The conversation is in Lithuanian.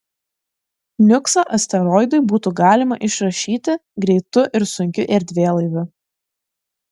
niuksą asteroidui būtų galima išrašyti greitu ir sunkiu erdvėlaiviu